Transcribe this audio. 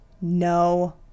no